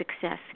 success